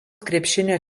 krepšinio